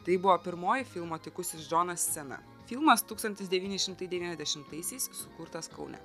tai buvo pirmoji filmo tykusis džonas scena filmas tūkstantis devyni šimtai devyniasdešimtaisiais sukurtas kaune